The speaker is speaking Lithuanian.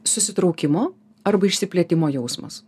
susitraukimo arba išsiplėtimo jausmas